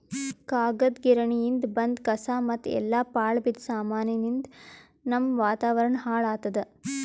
ಕಾಗದ್ ಗಿರಣಿಯಿಂದ್ ಬಂದ್ ಕಸಾ ಮತ್ತ್ ಎಲ್ಲಾ ಪಾಳ್ ಬಿದ್ದ ಸಾಮಾನಿಯಿಂದ್ ನಮ್ಮ್ ವಾತಾವರಣ್ ಹಾಳ್ ಆತ್ತದ